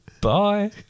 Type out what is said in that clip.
Bye